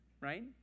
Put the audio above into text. right